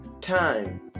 Time